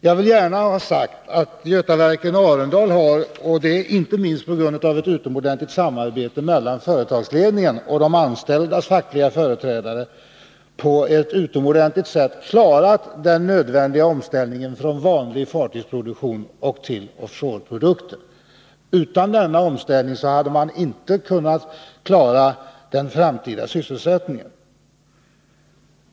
Jag vill gärna ha sagt att Götaverken Arendal har, inte minst på grund av ett utomordentligt samarbete mellan företagsledningen och de anställdas fackliga företrädare, mycket bra klarat den nödvändiga omställningen från vanlig fartygsproduktion till framställning av offshore-produkter. Utan denna omställning hade man inte kunnat klara den framtida sysselsättningen.